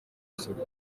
isuku